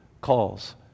calls